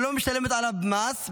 לא משלמת עליו מס,